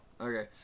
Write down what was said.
okay